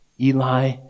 Eli